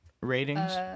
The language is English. ratings